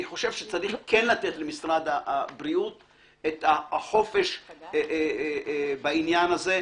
אני חושב שצריך כן לתת למשרד הבריאות את החופש בעניין הזה,